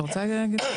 אתה רוצה להגיד?